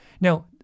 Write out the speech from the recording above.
Now